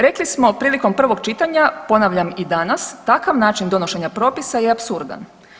Rekli smo prilikom prvog čitanja, ponavljam i danas, takav način donošenja propisa je apsurdan.